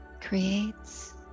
creates